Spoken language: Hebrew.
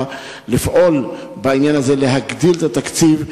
לפעול בעניין הזה להגדיל את התקציב,